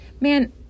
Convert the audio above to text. man